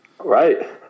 right